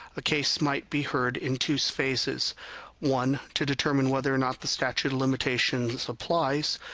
a case might be heard in two phases one to determine whether or not the statute of limitations applies,